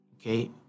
okay